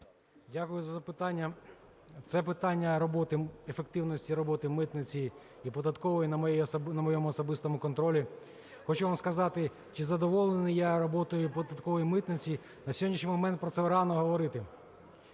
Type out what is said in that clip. Дякую за запитання. Це питання роботи, ефективності роботи митниці і податкової на моєму особистому контролі. Хочу вам сказати, чи задоволений я роботою податкової і митниці, на сьогоднішній момент про це рано говорити.